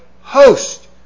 host